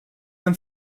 and